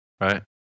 right